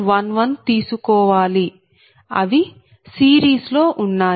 11 తీసుకోవాలి అవి సిరీస్ లో ఉన్నాయి